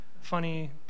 Funny